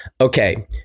okay